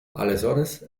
aleshores